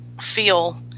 feel